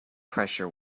pressure